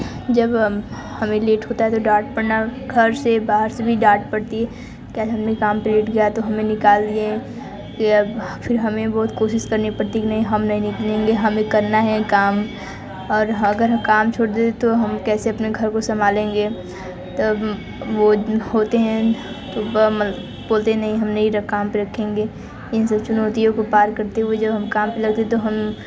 जब हम हमें लेट होता है तो डांट पड़ना घर से बाहर से भी डांट पड़ती है क्या घर में काम पे लेट गए तो हमें निकाल दिए फिर हमें बहुत कोशिश करनी पड़ती नहीं हम नहीं निकलेंगे हमें करना है काम और अगर काम छोड़ दें तो हम कैसे अपने घर को संभालेंगे तब वो होते हैं सुबह बोलते नहीं हम नहीं काम पर रखेंगे इन सब चुनौतियों को पार करते हुए जो हम काम पर लगेते हैं तो हम